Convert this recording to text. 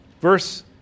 Verse